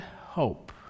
hope